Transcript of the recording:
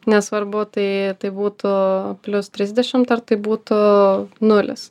nesvarbu tai tai būtų plius trisdešimt ar tai būtų nulis